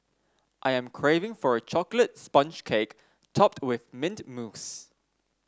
I am craving for a chocolate sponge cake topped with mint mousse